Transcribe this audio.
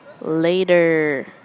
later